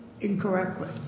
incorrectly